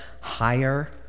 higher